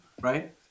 right